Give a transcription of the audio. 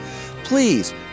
Please